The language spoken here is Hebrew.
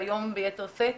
והיום ביתר שאת.